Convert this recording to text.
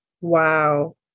Wow